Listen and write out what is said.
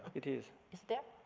it is. it's there?